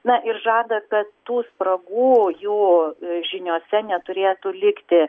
na ir žada kad tų spragų jų žiniose neturėtų likti